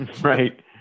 Right